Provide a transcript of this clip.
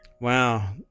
Wow